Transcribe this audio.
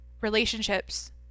relationships